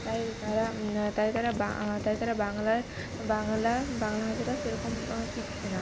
তাই তারা তাই তারা বা তাই তারা বাংলার বাংলা বাংলা ভাষাটা সেরকম শিখছে না